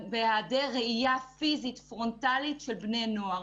בהיעדר ראייה פיזית פרונטלית של בני נוער.